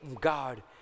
God